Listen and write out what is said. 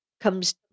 comes